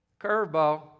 Curveball